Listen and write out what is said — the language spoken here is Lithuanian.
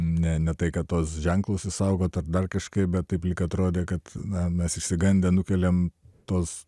ne ne tai kad tuos ženklus išsaugot ar dar kažkaip bet taip lyg atrodė kad na mes išsigandę nukeliam tuos